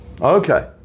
okay